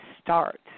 start